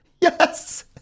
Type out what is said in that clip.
Yes